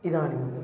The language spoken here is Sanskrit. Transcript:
इदानीं